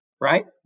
Right